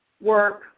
work